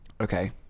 Okay